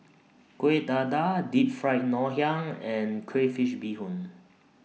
Kueh Dadar Deep Fried Ngoh Hiang and Crayfish Beehoon